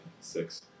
six